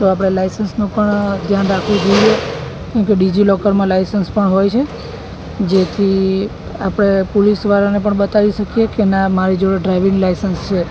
તો આપણે લાઇસન્સનું પણ ધ્યાન રાખવું જોઈએ કેમ કે ડિઝીલોકરમાં લાઇસન્સ પણ હોય છે જેથી આપણે પોલીસવાળાને પણ બતાવી શકીએ કે ના મારી જોડે ડ્રાઇવિંગ લાઇસન્સ છે